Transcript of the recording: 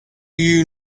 you